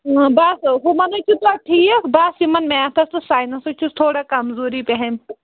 اۭں بس ہُمَن ہہ چھُ توتہِ ٹھیٖک بس یِمن میتھس تہٕ ساینسَس چھُس تھوڑا کمزوری پہن